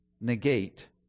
negate